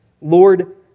Lord